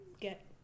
get